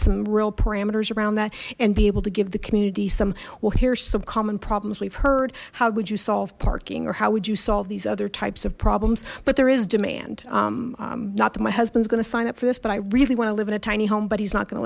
some real parameters around that and be able to give the community some well here's some common problems we've heard how would you solve parking or how would you solve these other types of problems but there is demand not that my husband's gonna sign up for this but i really want to live in a tiny home but he's not gonna